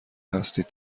هستید